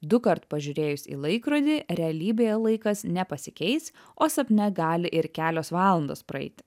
dukart pažiūrėjus į laikrodį realybėje laikas nepasikeis o sapne gali ir kelios valandos praeiti